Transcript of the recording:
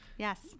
Yes